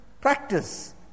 practice